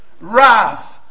wrath